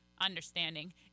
understanding